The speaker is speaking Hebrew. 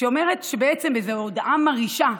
שאומרת שבעצם, זו הודעה מרעישה,